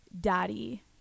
daddy